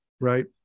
Right